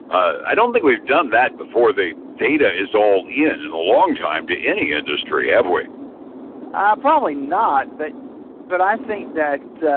i don't think we've done that before the data is all in in a long time to any industry, have we. ah probably not, but but i think that,